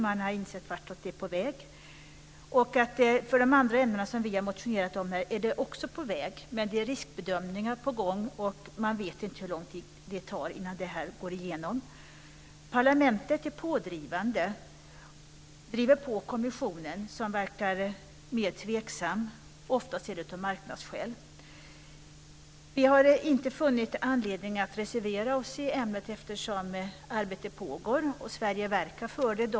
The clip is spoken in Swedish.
Man har insett vart det har varit på väg. För de andra ämnena som vi har motionerat om är det också på väg. Men det är riskbedömningar på gång, och man vet inte hur lång tid det tar innan detta går igenom. Parlamentet är pådrivande och driver på kommissionen som verkar mer tveksam, ofta av marknadsskäl. Vi har inte funnit anledning att reservera oss i ämnet eftersom arbete pågår och Sverige verkar för detta.